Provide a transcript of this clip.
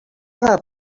del